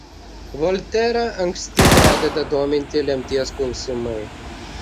volterą anksti pradeda dominti lemties klausimai